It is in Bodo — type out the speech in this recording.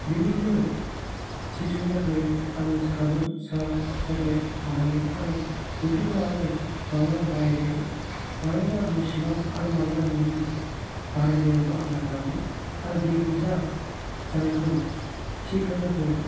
बेबायदिनो सि सुनो थाखाय आङो साबोन सार्फ सफेद बाहायो आरो बोथोरखौ लानानै माब्लाबा बाहेरायाव माब्लाबा न' सिङाव आरो माब्लाबा न'नि बारान्दायावबो आङो लामो आरो दै बुरजा जानायखौ थि खालामनो थाखाय